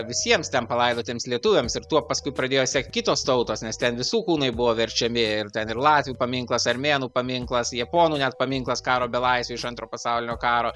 visiems ten palaidotiems lietuviams ir tuo paskui pradėjo sekt kitos tautos nes ten visų kūnai buvo verčiami ir ten ir latvių paminkla armėnų paminklas japonų net paminklas karo belaisvių iš antro pasaulinio karo